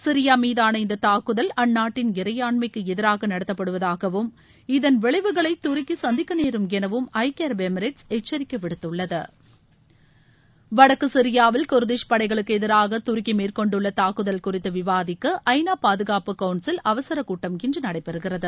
Syria மீதான இந்த தாக்குதல் அந்நாட்டின் இறையாண்மைக்கு எதிராக நடத்தப்படுவதாகவும் இதன் விளைவுகளை துருக்கி சந்திக்க நேரும் எனவும் ஐக்கிய அரபு எமிரேட்ஸ் எச்சரிக்கை விடுத்துள்ளது வடக்கு சிரியாவில் குர்திஷ் படைகளுக்கு எதிராக துருக்கி மேற்கொண்டுள்ள தாக்குதல் குறித்து விவாதிக்க ஐ நா பாதுகாப்பு கவுன்சில் அவசர கூட்டம் இன்று நடைபெறுகிறது